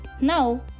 now